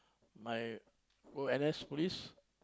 my go N_S police